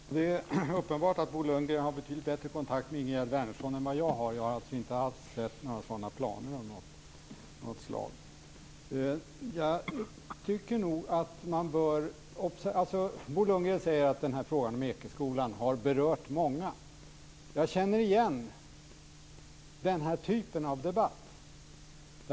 Herr talman! Det är uppenbart att Bo Lundgren har betydligt bättre kontakt med Ingegerd Wärnersson än vad jag har. Jag har inte alls sett några sådan planer. Bo Lundgren säger att frågan om Ekeskolan har berört många. Jag känner igen denna typ av debatt.